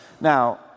now